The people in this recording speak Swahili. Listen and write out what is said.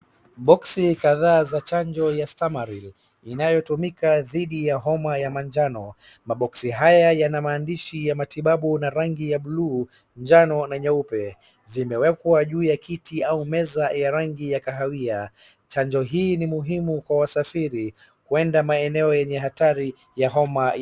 boxi kadhaa ya chanjo cha stamaril inayotumika dhidi ya homa ya manjano ,maboxi haya yana maandishi ya matibabu na rangi ya buluu ,njano na nyeupe , zimeekwa juu ya kiti au meza yenye rangi ya kahawia .Chanjo hii ni muhimu kwa wasafiri kuenda maeneo yenye hatari ya homa ya manjano